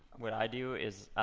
what i do is